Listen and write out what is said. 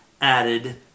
added